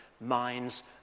minds